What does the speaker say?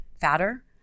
fatter